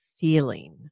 feeling